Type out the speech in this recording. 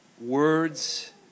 words